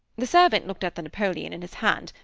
the servant looked at the napoleon in his hand,